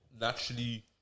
naturally